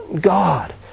God